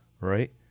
Right